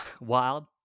wild